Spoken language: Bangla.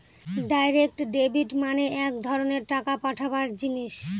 ডাইরেক্ট ডেবিট মানে এক ধরনের টাকা পাঠাবার জিনিস